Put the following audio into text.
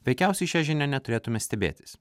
veikiausiai šia žinia neturėtume stebėtis